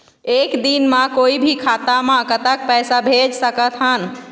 एक दिन म कोई भी खाता मा कतक पैसा भेज सकत हन?